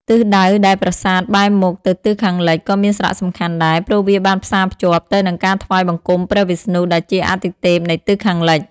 ទិសដៅដែលប្រាសាទបែរមុខទៅទិសខាងលិចក៏មានសារៈសំខាន់ដែរ ព្រោះវាបានផ្សារភ្ជាប់ទៅនឹងការថ្វាយបង្គំព្រះវិស្ណុដែលជាអាទិទេពនៃទិសខាងលិច។